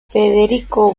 federico